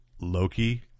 Loki